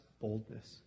boldness